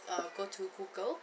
uh go to google